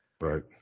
Right